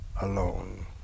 alone